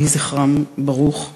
יהי זכרם ברוך.